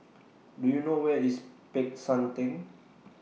Do YOU know Where IS Peck San Theng